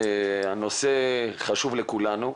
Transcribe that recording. הנושא חשוב לכולנו.